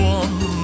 one